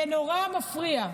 זה נורא מפריע,